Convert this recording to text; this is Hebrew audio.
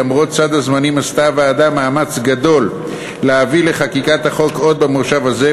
למרות סד הזמנים עשתה הוועדה מאמץ גדול להביא לחקיקת החוק עוד במושב זה.